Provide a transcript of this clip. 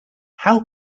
how